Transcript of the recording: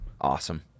Awesome